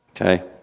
Okay